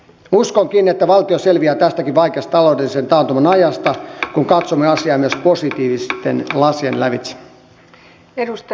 uskonkin että valtio selviää tästäkin vaikeasta taloudellisen taantuman ajasta kun katsomme asiaa myös positiivisten lasien lävitse